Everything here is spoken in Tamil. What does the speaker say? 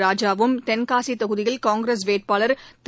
ராஜாவும் தென்காசி தொகுதியில் காங்கிரஸ் வேட்பாளர் திரு